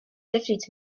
fifties